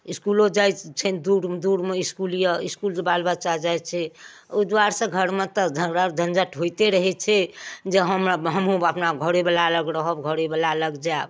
इसकूलो जाइ छनि दूर दूरमे इसकूल यऽ इसकूल सँ बाल बच्चा जाइ छै ओहि दुआर घरमे तऽ झगड़ा झञ्झट होइते रहै छै जे हमरा हमहुँ अपना घरे बला लग रहब घरे बला लग जायब